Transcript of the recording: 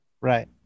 Right